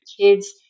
kids